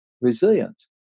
resilience